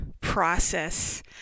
process